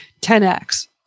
10x